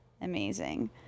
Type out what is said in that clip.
amazing